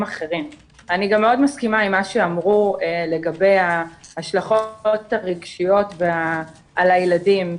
אני מאוד מסכימה עם מה שאמרו פה לגבי ההשלכות הרגשיות על הילדים.